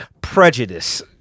prejudice